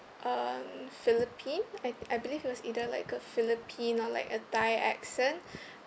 um philippine I I believe he was either like a philippine or like a thai accent